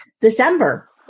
December